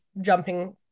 jumping